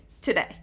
today